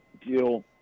deal